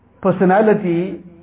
personality